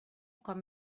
com